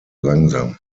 langsam